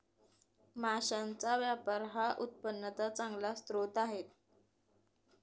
मांसाचा व्यापार हा उत्पन्नाचा चांगला स्रोत आहे